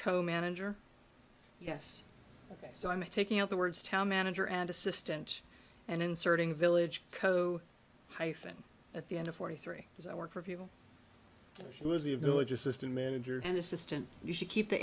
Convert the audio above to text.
co manager yes ok so i'm taking out the words town manager and assistant and inserting village co hyphen at the end of forty three because i work for people she was the village assistant manager and assistant you should keep the